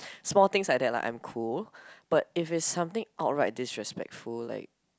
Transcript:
small things like that I'm cool but if it's something outright disrespectful like